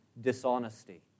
dishonesty